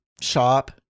shop